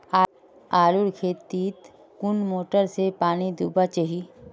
आलूर खेतीत कुन मोटर से पानी दुबा चही?